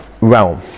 realm